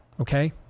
okay